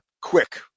quick